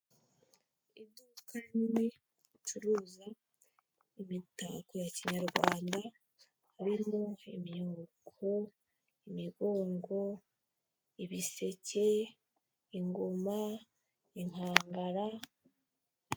Iduka rinini ricuruza imitako ya kinyarwanda harimo imyuko, imigongo, ibisekeye, ingoma, ikangara.